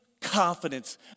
confidence